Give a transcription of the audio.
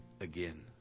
again